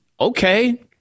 Okay